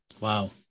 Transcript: Wow